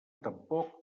tampoc